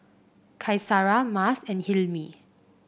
Qaisara Mas and Hilmi